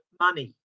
Money